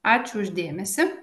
ačiū už dėmesį